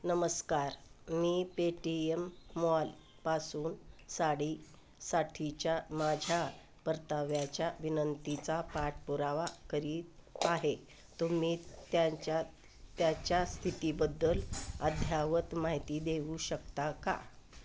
नमस्कार मी पेटीयम मॉलपासून साडीसाठीच्या माझ्या परताव्याच्या विनंतीचा पाठपुरावा करीत आहे तुम्ही त्यांच्या त्याच्या स्थितीबद्दल अद्ययावत माहिती देऊ शकता का